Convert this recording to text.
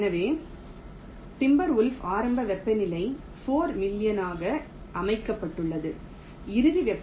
எனவே டிம்பர்வொல்பில் ஆரம்ப வெப்பநிலை 4 மில்லியனாக அமைக்கப்பட்டது இறுதி வெப்பநிலை 0